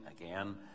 again